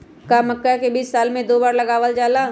का मक्का के बीज साल में दो बार लगावल जला?